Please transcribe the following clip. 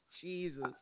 Jesus